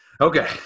okay